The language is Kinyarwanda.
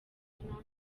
hanyuma